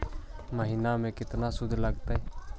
महिना में केतना शुद्ध लगतै?